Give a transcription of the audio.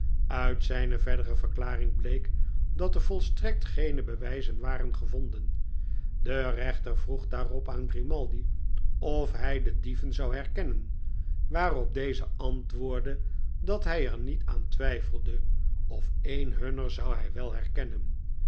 uit zijne verdere verklaring bleek dat er volstrekt geene bewijzen waren gevonden de rechter vroeg daarop aan grimaldi of hij de dieven zou herkennen waarop deze antwoordde dat hij er niet aan twijfelde of een hunner zou hij wel herkennen